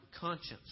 conscience